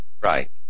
Right